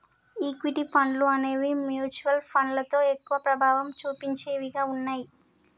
equity ఫండ్లు అనేవి mutual ఫండ్లలో ఎక్కువ ప్రభావం చుపించేవిగా ఉన్నయ్యి